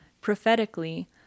prophetically